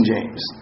James